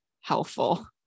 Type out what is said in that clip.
helpful